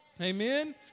Amen